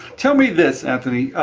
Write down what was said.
tell me this anthony,